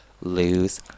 lose